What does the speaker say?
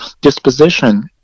disposition